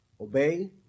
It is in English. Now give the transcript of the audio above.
obey